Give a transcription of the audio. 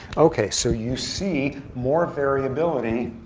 ok, so you see more variability